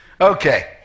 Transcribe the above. Okay